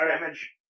damage